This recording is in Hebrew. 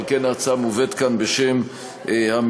על כן ההצעה מובאת כאן בשם הממשלה,